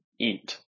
eat